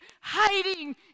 hiding